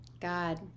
God